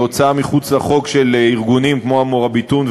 להוצאה מחוץ לחוק של ארגונים כמו ה"מוראביטון"